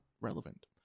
relevant